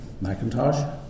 Macintosh